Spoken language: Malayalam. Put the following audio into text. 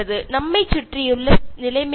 എന്നാണ് നമ്മുടെ ചുറ്റുപാട്